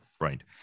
Right